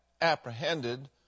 apprehended